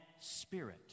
spirit